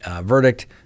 verdict